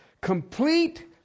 Complete